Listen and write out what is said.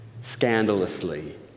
scandalously